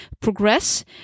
progress